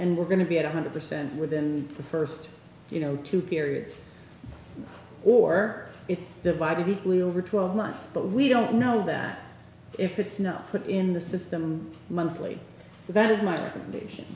and we're going to be at one hundred percent within the first you know two periods or it's divided equally over twelve months but we don't know that if it's not put in the system monthly that is my recommendation